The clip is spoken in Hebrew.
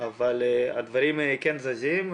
הדברים כן זזים.